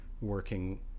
working